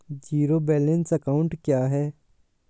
Zero balance account क्या है?